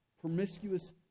Promiscuous